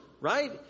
right